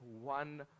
one